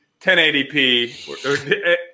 1080p